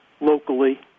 locally